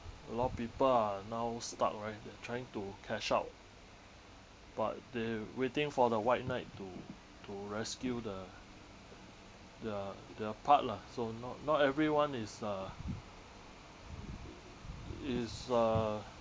a lot of people are now stuck right they're trying to cash out but they waiting for the white knight to to rescue the the the part lah so not not everyone is uh i~ is uh